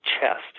chest